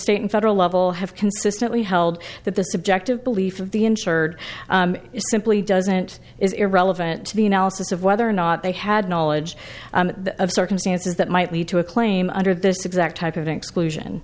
state and federal level have consistently held that the subjective belief of the insured simply doesn't is irrelevant to the analysis of whether or not they had knowledge of circumstances that might lead to a claim under this exact type of exclusion